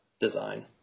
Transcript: design